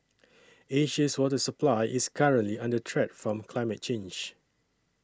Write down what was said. Asia's water supply is currently under threat from climate change